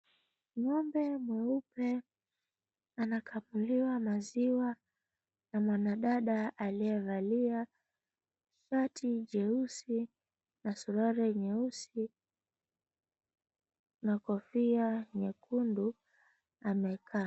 Ng'ombe mweupe anakamuliwa maziwa, na mwadada aliyevalia shati jeusi na suruali nyeusi na kofia nyekundu amekaa.